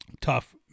tough